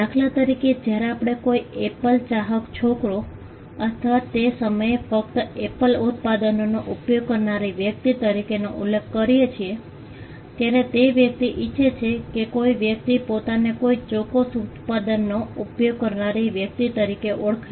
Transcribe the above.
દાખલા તરીકે જ્યારે આપણે કોઈ એપલ ચાહક છોકરો અથવા તે સમયે ફક્ત એપલ ઉત્પાદનોનો ઉપયોગ કરનારી વ્યક્તિ તરીકેનો ઉલ્લેખ કરીએ છીએ ત્યારે તે વ્યક્તિ ઇચ્છે છે કે કોઈ વ્યક્તિ પોતાને કોઈ ચોક્કસ ઉત્પાદનનો ઉપયોગ કરનારી વ્યક્તિ તરીકે ઓળખાય